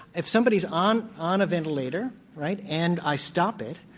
if somebody's on on a ventilator, right? and i stop it,